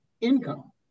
income